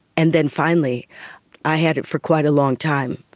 and then finally i had it for quite a long time,